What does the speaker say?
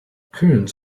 kearns